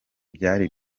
byari